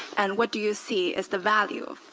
and what do you see is the value of